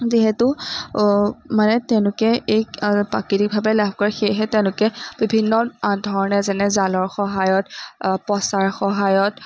যিহেতু মানে তেওঁলোকে এই প্ৰাকৃতিকভাৱে লাভ কৰে সেয়েহে তেওঁলোকে বিভিন্ন ধৰণে যেনে জালৰ সহায়ত পঁচাৰ সহায়ত